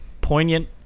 poignant